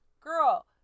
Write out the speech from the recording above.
Girl